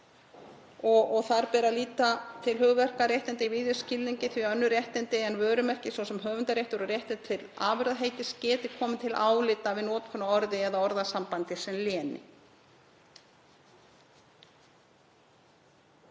Þar beri að líta til hugverkaréttinda í víðum skilningi því að önnur réttindi en vörumerki, svo sem höfundaréttur og réttur til afurðaheitis, geti komið til álita við notkun á orði eða orðasambandi sem léni.